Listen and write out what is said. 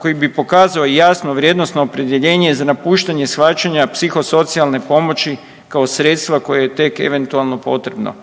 koji bi pokazao jasno i vrijednosno opredjeljenje za napuštanje shvaćanja psihosocijalne pomoći kao sredstva koje je tek eventualno potrebno.